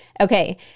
Okay